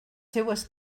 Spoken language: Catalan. seues